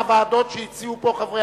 כל הוועדות ששמעתי עד רגע